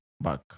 back